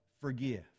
forgive